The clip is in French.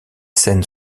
scènes